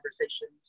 conversations